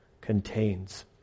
contains